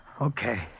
Okay